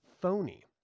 phony